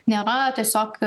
nėra tiesiog